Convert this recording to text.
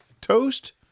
Toast